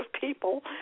people